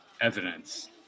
evidence